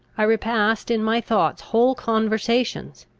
i repassed in my thoughts whole conversations,